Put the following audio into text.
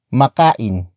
makain